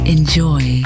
Enjoy